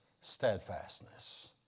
steadfastness